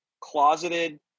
closeted